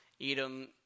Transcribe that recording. Edom